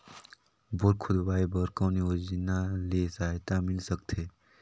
Bore खोदवाय बर कौन योजना ले सहायता मिल सकथे?